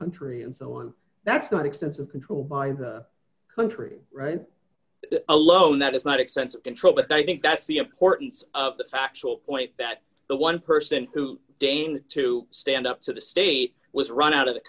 country and so on that's not extensive control by the country right alone that it's not extensive control but i think that's the importance of the factual point that the one person who deigned to stand up to the state was run out of the